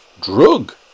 drug